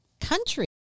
country